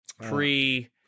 pre